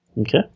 Okay